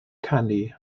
canu